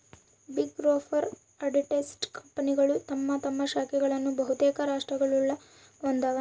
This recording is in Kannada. ಬಿಗ್ ಫೋರ್ ಆಡಿಟರ್ಸ್ ಕಂಪನಿಗಳು ತಮ್ಮ ತಮ್ಮ ಶಾಖೆಗಳನ್ನು ಬಹುತೇಕ ರಾಷ್ಟ್ರಗುಳಾಗ ಹೊಂದಿವ